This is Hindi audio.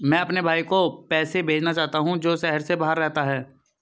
मैं अपने भाई को पैसे भेजना चाहता हूँ जो शहर से बाहर रहता है